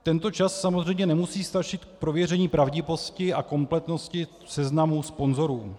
Tento čas samozřejmě nemusí stačit k prověření pravdivosti a kompletnosti seznamu sponzorů.